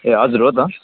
ए हजुर हो त